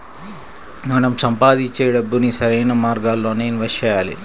మనం సంపాదించే డబ్బుని సరైన మార్గాల్లోనే ఇన్వెస్ట్ చెయ్యాలి